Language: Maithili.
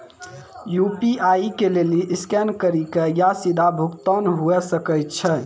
यू.पी.आई के लेली स्कैन करि के या सीधा भुगतान हुये सकै छै